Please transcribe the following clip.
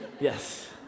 Yes